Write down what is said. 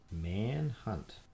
Manhunt